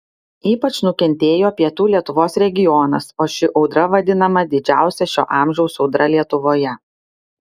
ypač nukentėjo pietų lietuvos regionas o ši audra vadinama didžiausia šio amžiaus audra lietuvoje